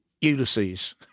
Ulysses